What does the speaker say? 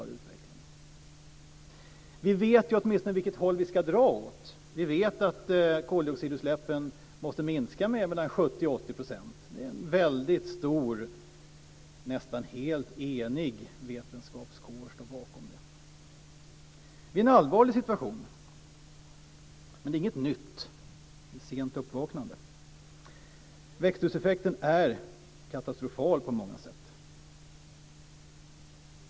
Vi vet åtminstone vilket håll vi ska dra åt. Vi vet att koldioxidutsläppen måste minska med 70 80 %. En väldigt stor, nästan helt enig vetenskapskår står bakom dessa siffror. Det är en allvarlig situation, men det är inget nytt. Det är ett sent uppvaknande. Växthuseffekten är katastrofal på många sätt.